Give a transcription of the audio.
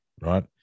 Right